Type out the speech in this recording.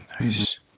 Nice